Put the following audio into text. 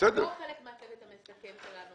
בעצם פועלת לפי תקנות ההסדרים במשק המדינה